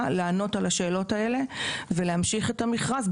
כדי לענות על השאלות האלו ולהמשיך את המכרז,